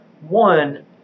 One